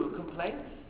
complaints